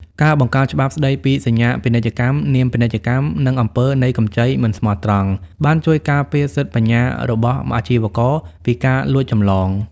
ការបង្កើតច្បាប់ស្ដីពីសញ្ញាពាណិជ្ជកម្ម នាមពាណិជ្ជកម្ម និងអំពើនៃកម្ចីមិនស្មោះត្រង់ បានជួយការពារសិទ្ធិបញ្ញារបស់អាជីវករពីការលួចចម្លង។